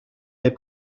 les